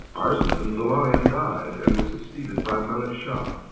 arslan the lion died, and was succeeded by malik shah.